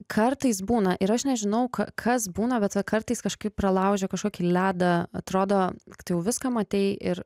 kartais būna ir aš nežinau kas būna bet va kartais kažkaip pralaužia kažkokį ledą atrodo kad jau viską matei ir